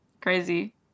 crazy